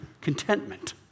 contentment